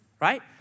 right